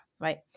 Right